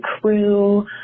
crew